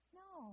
no